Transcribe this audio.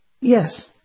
Yes